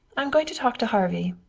i'm going to talk to harvey.